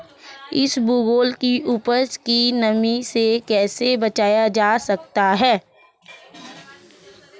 इसबगोल की उपज को नमी से कैसे बचाया जा सकता है?